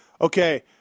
okay